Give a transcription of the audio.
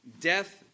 Death